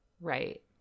right